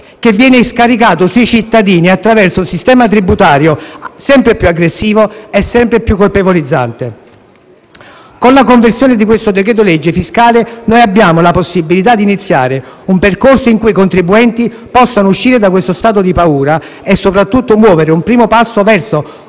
che viene scaricato sui cittadini attraverso un sistema tributario sempre più aggressivo e colpevolizzante. Con la conversione di questo decreto-legge fiscale abbiamo la possibilità di iniziare un percorso in cui i contribuenti possano uscire da questo stato di paura e, soprattutto, muovere un primo passo verso